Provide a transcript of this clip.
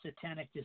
satanic